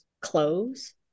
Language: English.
clothes